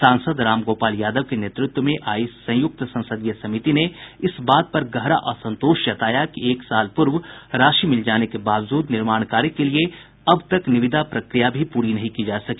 सांसद रामगोपाल यादव के नेतृत्व में आयी संयुक्त संसदीय समिति ने इस बात पर गहरा असंतोष जताया कि एक साल पूर्व राशि मिल जाने के बावजूद निर्माण कार्य के लिए निविदा प्रक्रिया भी पूरी नहीं की जा सकी